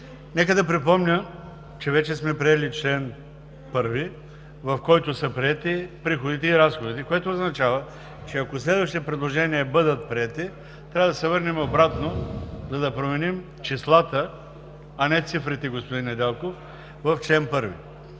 Нека да припомня, че вече сме приели чл. 1, в който са приети приходите и разходите, което означава, че ако следващите предложения бъдат приети, трябва да се върнем обратно, за да променим числата, а не цифрите, господин Недялков, в чл. 1.